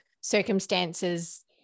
circumstances